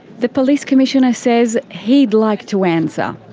the police commissioner says he'd like to answer.